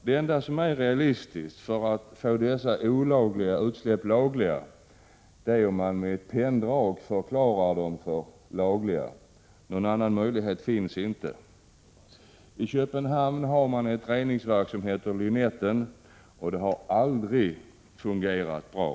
Det enda som är realistiskt för att få dessa olagliga utsläpp lagliga är att med ett penndrag förklara dem för lagliga. Någon annan möjlighet finns inte. I Köpenhamn finns ett reningsverk som heter Lynetten, och det har aldrig fungerat bra.